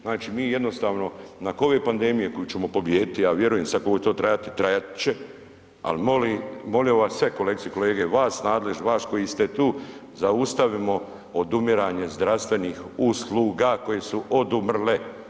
Znači, mi jednostavno nakon ove pandemije koju ćemo pobijediti, ja vjerujem, sad koliko će to trajati, trajat će, al molim, molio bi vas sve kolegice i kolege, vas nadležne, vas koji ste tu, zaustavimo odumiranje zdravstvenih usluga koje su odumrle.